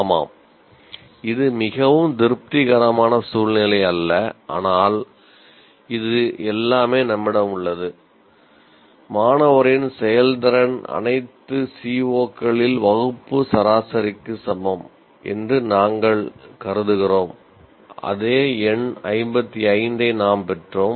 ஆமாம் இது மிகவும் திருப்திகரமான சூழ்நிலை அல்ல ஆனால் இது எல்லாமே நம்மிடம் உள்ளது மாணவரின் செயல்திறன் அனைத்து CO களில் வகுப்பு சராசரிக்கு சமம் என்று நாங்கள் கருதுகிறோம் அதே எண் 55 ஐ நாம் பெற்றோம்